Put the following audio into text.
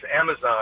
Amazon